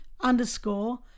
underscore